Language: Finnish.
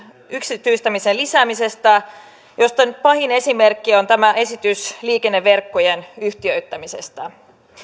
yksityistämisen lisäämisestä josta nyt pahin esimerkki on tämä esitys liikenneverkkojen yhtiöittämisestä